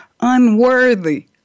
unworthy